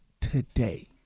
today